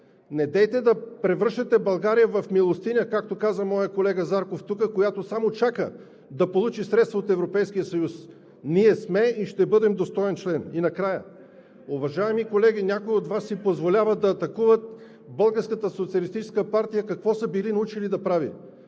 Недейте да превръщате България в милостиня, както каза моят колега Зарков тук, която само чака да получи средства от Европейския съюз. Ние сме и ще бъдем достоен член. И накрая, уважаеми колеги, някои от Вас си позволяват да атакуват „Българската социалистическа партия“